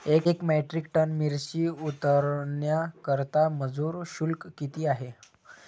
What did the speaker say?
एक metric tonne मिरची उतरवण्याकरता मजुर शुल्क किती आहे?